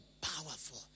powerful